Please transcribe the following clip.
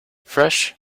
fresh